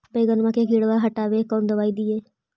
बैगनमा के किड़बा के हटाबे कौन दवाई दीए?